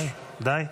די, די.